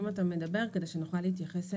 אתה מדבר כדי שנוכל להתייחס אליהם.